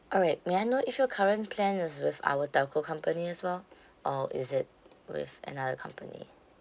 alright may I know if your current plan is with our telco company as well or is it with another company